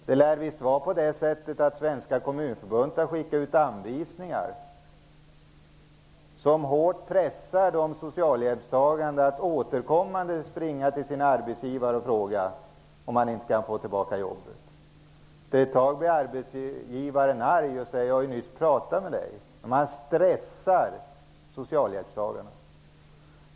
Det lär visst vara så att Svenska kommunförbundet har skickat anvisningar som hårt pressar de socialhjälpstagande att återkommande springa till sina arbetsgivare och fråga om de inte kan få tillbaka jobbet. Till sist blir arbetsgivaren arg och säger: Jag har ju just pratat med dig! Man stressar alltså socialhjälpstagarna.